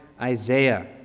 Isaiah